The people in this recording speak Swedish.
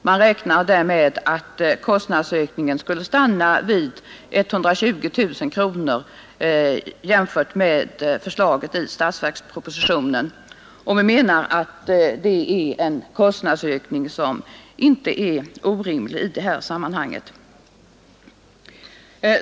Man räknar med att kostnadsökningen skulle stanna vid 120 000 kronor jämfört med förslaget i statsverkspropositionen, och vi menar att det är en kostnadsökning som inte är orimlig i det här sammanhanget.